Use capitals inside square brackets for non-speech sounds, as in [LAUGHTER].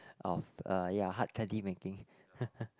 of uh ya hard candy making [LAUGHS]